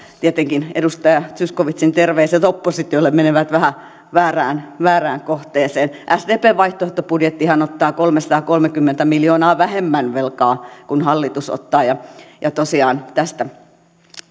tietenkin edustaja zyskowiczin terveiset oppositiolle menevät vähän väärään kohteeseen sdpn vaihtoehtobudjettihan ottaa kolmesataakolmekymmentä miljoonaa vähemmän velkaa kuin hallitus ottaa tosiaan tästä